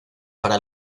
para